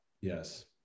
Yes